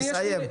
לסיים.